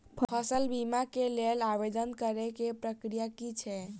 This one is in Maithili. फसल बीमा केँ लेल आवेदन करै केँ प्रक्रिया की छै?